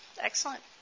excellent